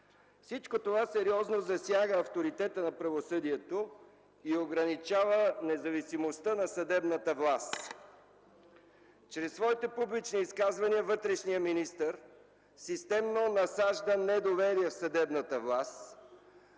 Всичко това сериозно засяга авторитета на правосъдието и ограничава независимостта на съдебната власт. Чрез своите публични изказвания вътрешният министър системно насажда недоверие в съдебната власт,